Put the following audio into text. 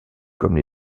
comme